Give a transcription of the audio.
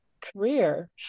career